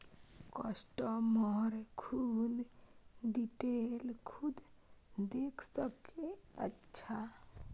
customer खुद detail खुद देख सके अच्छा